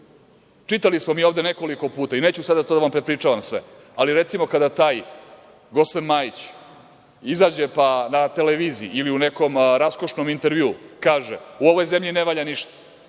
smo mi ovde nekoliko puta i neću sada da vam prepričavam sve, ali recimo kada taj g. Majić izađe pa na televiziji ili u nekom raskošnom intervjuu kaže – u ovoj zemlji ne valja ništa.